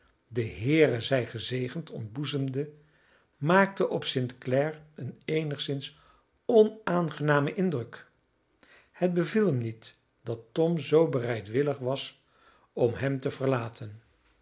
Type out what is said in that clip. de heere zij gezegend ontboezemde maakte op st clare een eenigszins onaangenamen indruk het beviel hem niet dat tom zoo bereidwillig was om hem te verlaten